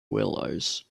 willows